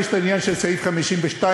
יש העניין של סעיף 52,